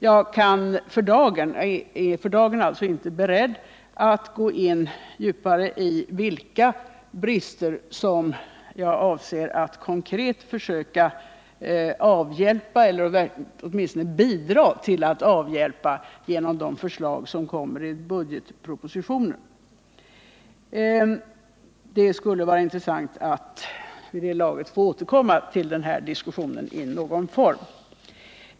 Jag är för dagen inte beredd att gå djupare in på vilka brister jag avser att försöka konkret avhjälpa, eller åtminstone bidra till att avhjälpa, genom de förslag som kommer i budgetpropositionen. Det skulle vara intressant att vid det laget få återkomma i någon form till den här diskussionen.